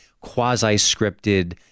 quasi-scripted